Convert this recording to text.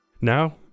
Now